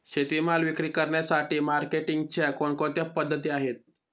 शेतीमाल विक्री करण्यासाठी मार्केटिंगच्या कोणकोणत्या पद्धती आहेत?